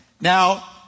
Now